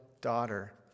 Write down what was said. daughter